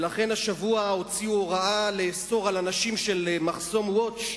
ולכן השבוע הוציאו הוראה לאסור על הנשים של "מחסום Watch"